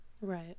Right